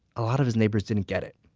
a lot of his neighbors didn't get it.